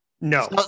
No